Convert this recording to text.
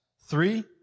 Three